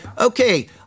Okay